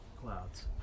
clouds